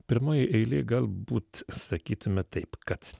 pirmoj eilėj galbūt sakytume taip kad